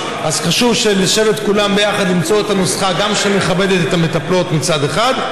אז חשוב לשבת כולם ביחד ולמצוא את הנוסחה שמכבדת את המטפלות מצד אחד,